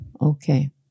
okay